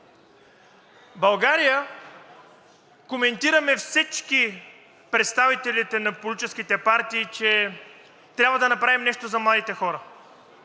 България коментираме всички представители на политическите партии, че трябва да направим нещо за младите хора